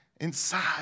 inside